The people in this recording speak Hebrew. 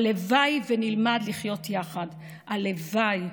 הלוואי שנלמד לחיות יחד, הלוואי.